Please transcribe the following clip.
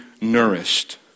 nourished